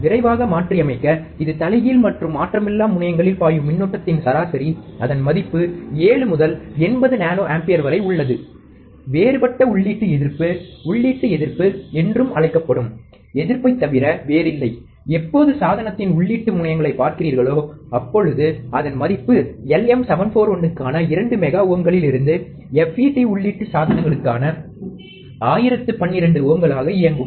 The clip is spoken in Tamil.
விரைவாக மாற்றியமைக்க இது தலைகீழ் மற்றும் மாற்றமிலா முனையங்களில் பாயும் மின்னோட்டத்தின் சராசரி அதன் மதிப்பு 7 முதல் 80 நானோ ஆம்பியர் வரை உள்ளது வேறுபட்ட உள்ளீட்டு எதிர்ப்பு உள்ளீட்டு எதிர்ப்பு என்றும் அழைக்கப்படும் எதிர்ப்பைத் தவிர வேறில்லை எப்போது சாதனத்தின் உள்ளீட்டு முனையங்களைப் பார்க்கிறீர்களோ அப்பொழுது அதன் மதிப்பு LM741 க்கான 2 மெகா ஓம்களிலிருந்து FET உள்ளீட்டு சாதனங்களுக்கான 1012 ஓம்களாக இயங்கும்